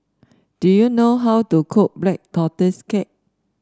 do you know how to cook Black Tortoise Cake